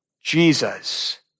Jesus